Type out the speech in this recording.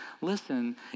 listen